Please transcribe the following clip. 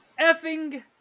effing